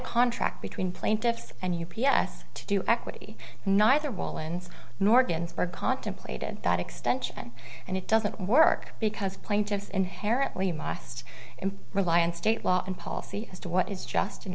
contract between plaintiffs and u p s to do equity neither bolen's nor ginsburg contemplated that extension and it doesn't work because plaintiffs inherently must and rely on state law and policy as to what is just